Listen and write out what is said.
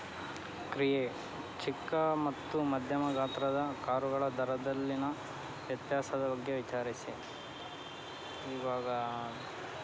ಕ್ರಿಯೆ ಚಿಕ್ಕ ಮತ್ತು ಮಧ್ಯಮ ಗಾತ್ರದ ಕಾರುಗಳ ದರದಲ್ಲಿನ ವ್ಯತ್ಯಾಸದ ಬಗ್ಗೆ ವಿಚಾರಿಸಿ ಇವಾಗ